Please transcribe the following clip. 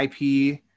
IP